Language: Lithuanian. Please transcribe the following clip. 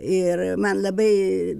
ir man labai